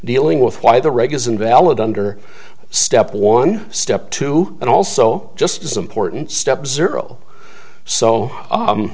dealing with why the reg is invalid under step one step two and also just as important step zero so